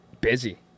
Busy